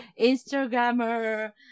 Instagrammer